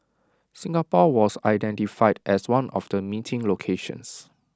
Singapore was identified as one of the meeting locations